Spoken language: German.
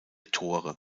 tore